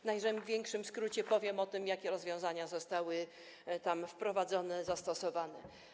W największym skrócie powiem o tym, jakie rozwiązania zostały wprowadzone, zastosowane.